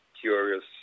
curious